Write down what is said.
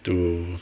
to